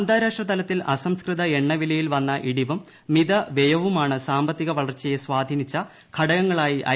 അന്താരാഷ്ട്രതലത്തിൽ അസംസ്കൃത എണ്ണവിലയിൽ വന്ന ഇടിവും മിതവൃയവുമാണ് സാമ്പത്തിക വളർച്ചുയെ സ്വാധീനിച്ച ഘടകങ്ങളായി ഐ